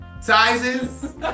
sizes